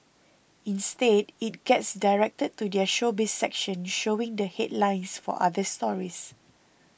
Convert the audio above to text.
instead it gets directed to their Showbiz section showing the headlines for other stories